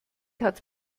hat